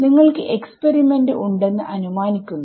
നിങ്ങൾക്ക് എക്സ്പെരിമെന്റ് ഉണ്ടെന്ന് അനുമാനിക്കുന്നു